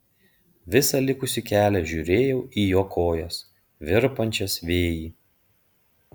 visą likusį kelią žiūrėjau į jo kojas virpančias vėjy